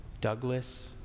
Douglas